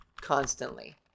constantly